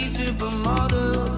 supermodel